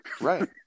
right